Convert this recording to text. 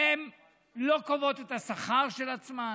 הן לא קובעות את השכר של עצמן